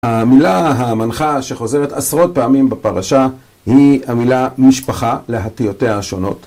המילה המנחה שחוזרת עשרות פעמים בפרשה היא המילה משפחה להטיותיה השונות.